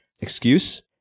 excuse